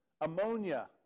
ammonia